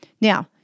Now